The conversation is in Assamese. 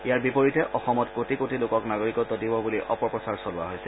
ইয়াৰ বিপৰীতে অসমত কোটি কোটি লোকক নাগৰিকত্ব দিব বুলি অপপ্ৰচাৰ চলোৱা হৈছে